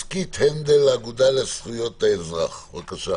משכית בנדל, האגודה לזכויות האזרח, בבקשה.